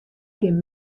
kin